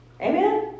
Amen